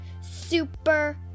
super